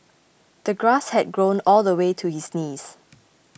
the grass had grown all the way to his knees